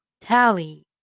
tally